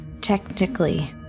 technically